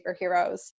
superheroes